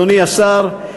אדוני השר,